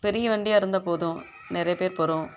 பெரிய வண்டியாக இருந்தால் போதும் நிறையா பேர் போகிறோம்